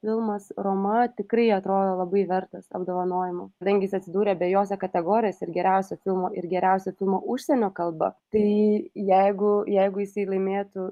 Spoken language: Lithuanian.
filmas roma tikrai atrodė labai vertas apdovanojimų kadangi jis atsidūrė abejose kategorijose ir geriausio filmo ir geriausio filmo užsienio kalba tai jeigu jeigu jisai laimėtų